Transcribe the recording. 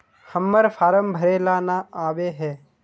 हम्मर फारम भरे ला न आबेहय?